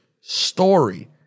story